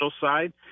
side